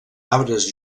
arbres